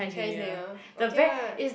Chinese New Year okay [what]